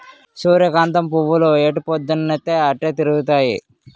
సూర్యకాంతం పువ్వులు ఎటుపోద్దున్తీ అటే తిరుగుతాయి